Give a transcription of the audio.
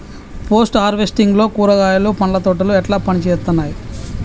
Post harvesting లో కూరగాయలు పండ్ల తోటలు ఎట్లా పనిచేత్తనయ్?